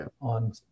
on